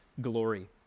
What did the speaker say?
glory